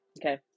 okay